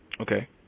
Okay